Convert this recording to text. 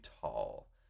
tall